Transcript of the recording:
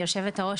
יושבת הראש,